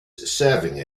serving